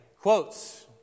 quotes